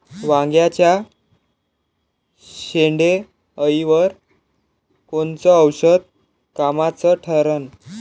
वांग्याच्या शेंडेअळीवर कोनचं औषध कामाचं ठरन?